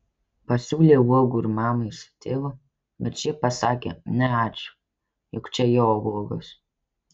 pasiūlė uogų ir mamai su tėvu bet šie pasakė ne ačiū juk čia jo uogos